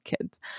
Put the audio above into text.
kids